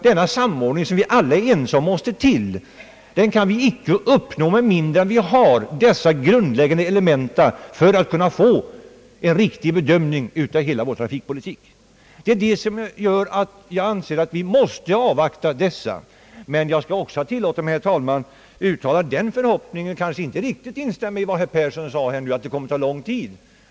Denna samordning — som vi alla är ense om måste till — kan vi inte uppnå med mindre vi har dessa grundläggande elementa för att kunna göra en riktig bedömning av hela vår trafikpolitik. Detta gör att jag anser att vi måste avvakta. Jag vill också, herr talman, poängtera att min förhoppning kanske inte riktigt stämmer överens med vad herr Fritz Persson sade att en sådan utredning kommer att ta lång tid.